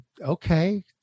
okay